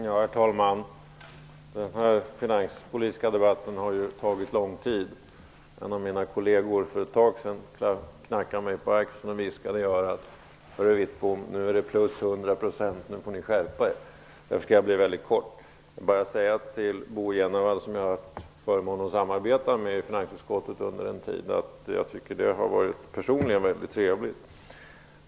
Herr talman! Den här finanspolitiska debatten har tagit lång tid. För ett tag sedan knackade en av mina kolleger mig på axeln och viskade i örat: ''Hör du, Wittbom, nu är det plus 100 %. Nu får ni skärpa er!'' Därför skall jag bli mycket kort. Till Bo G Jenevall, som jag har haft förmånen att samarbeta med i finansutskottet under en tid, vill jag säga att jag personligen tycker att det har varit mycket trevligt.